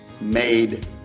made